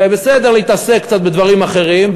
זה בסדר להתעסק קצת בדברים אחרים,